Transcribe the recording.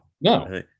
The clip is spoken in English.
no